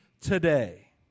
today